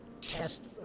test